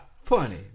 Funny